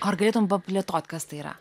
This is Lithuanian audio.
ar galėtum paplėtot kas tai yra